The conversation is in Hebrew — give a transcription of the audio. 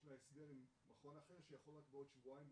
יש לה הסדר עם מכון אחר שיכול רק בעוד שבועיים,